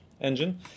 engine